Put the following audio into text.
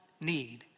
need